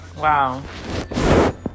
Wow